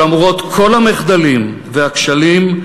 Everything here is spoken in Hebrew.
שלמרות כל המחדלים והכשלים,